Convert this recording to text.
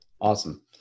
Awesome